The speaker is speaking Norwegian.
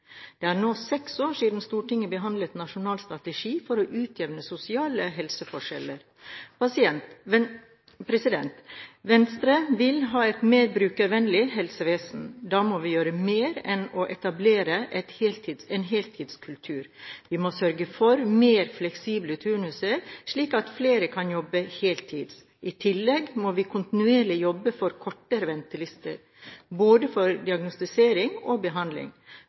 Det er nå seks år siden Stortinget behandlet nasjonal strategi for å utjevne sosiale helseforskjeller. Pasient – president! Venstre vil ha et mer brukervennlig helsevesen. Da må vi gjøre mer enn å etablere en «heltidskultur». Vi må sørge for mer fleksible turnuser, slik at flere kan jobbe heltid. I tillegg må vi kontinuerlig jobbe for kortere ventelister, både for diagnostisering og behandling.